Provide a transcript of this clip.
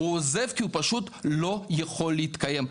הוא עוזב כי הוא פשוט לא יכול להתקיים.